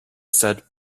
said